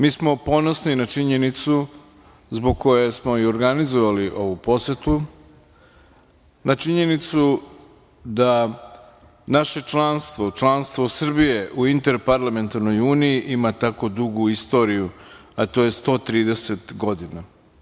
Mi smo ponosni na činjenicu zbog koje smo i organizovali ovu posetu, na činjenicu da naše članstvo, članstvo Srbije u Interparlamentarnoj uniji ima tako dugu istoriju, a to je 130 godina.